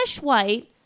white